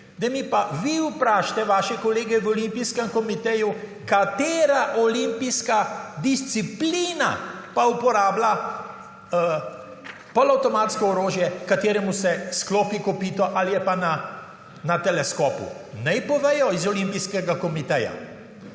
Zdaj mi pa vi vprašajte vaše kolege v olimpijskem komiteju katera olimpijska disciplina pa uporablja polavtomatsko orožje kateremu se sklopi kopito ali je pa na teleskopu, naj povedo iz olimpijskega komiteja.